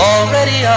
Already